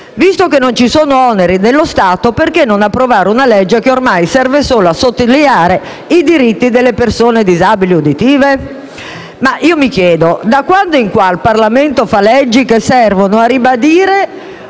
visto che non ci sono oneri per lo Stato perché non approvare una legge che ormai serve solo a sottolineare i diritti delle persone disabili uditive? Io mi chiedo da quando il Parlamento fa leggi che servono a ribadire